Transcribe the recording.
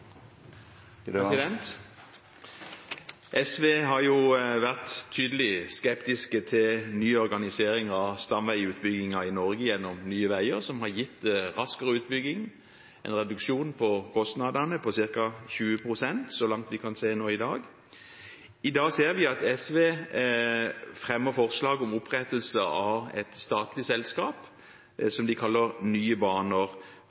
SV har vært tydelig skeptiske til ny organisering av stamveiutbyggingen i Norge gjennom Nye Veier, som har gitt raskere utbygging og en reduksjon i kostnadene på ca. 20 pst så langt vi kan se nå i dag. I dag ser vi at SV fremmer forslag om opprettelse av et statlig selskap, som de vil kalle Nye Baner,